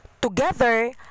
Together